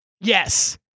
Yes